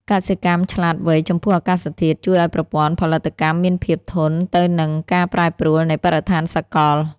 កសិកម្មឆ្លាតវៃចំពោះអាកាសធាតុ ជួយឱ្យប្រព័ន្ធផលិតកម្មមានភាពធន់ទៅនឹងការប្រែប្រួលនៃបរិស្ថានសកល។